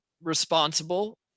responsible